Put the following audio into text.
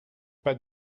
pas